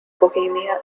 bohemia